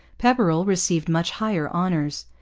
pepperrell received much higher honours.